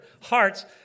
hearts